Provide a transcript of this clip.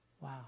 Wow